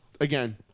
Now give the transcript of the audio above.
again